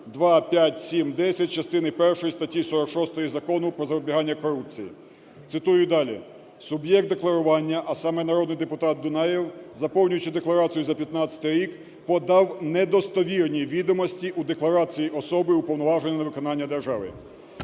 2, 5, 7, 10 частини першої статті 46 Закону "Про запобігання корупції". Цитую далі. "Суб'єкт декларування, а саме: народний депутат Дунаєв, заповнюючи декларацію за 15-й рік, подав недостовірні відомості у декларації особи, уповноваженої на виконання функцій